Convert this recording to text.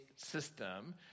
system